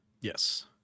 Yes